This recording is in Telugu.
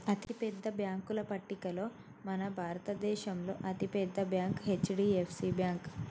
అతిపెద్ద బ్యేంకుల పట్టికలో మన భారతదేశంలో అతి పెద్ద బ్యాంక్ హెచ్.డి.ఎఫ్.సి బ్యేంకు